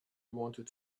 wanted